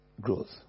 growth